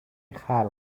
خلق